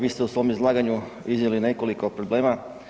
Vi ste u svom izlaganju iznijeli nekoliko problema.